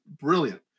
brilliant